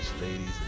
ladies